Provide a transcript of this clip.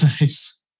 nice